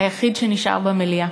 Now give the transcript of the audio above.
היחיד שנשאר במליאה,